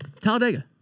Talladega